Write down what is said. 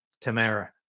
Tamara